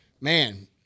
man